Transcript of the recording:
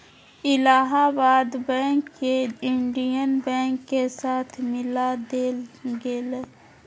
Allahabad bank के Indian bank के साथ मिला देल गेले